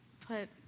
put